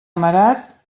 amarat